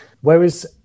whereas